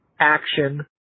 action